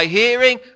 hearing